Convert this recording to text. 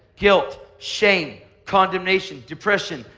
guilt, shame, condemnation, depression,